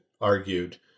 argued